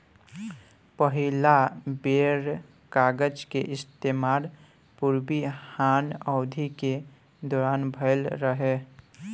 पहिला बेर कागज के इस्तेमाल पूर्वी हान अवधि के दौरान भईल रहे